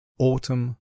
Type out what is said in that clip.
Autumn